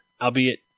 albeit